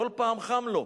כל פעם חם לו.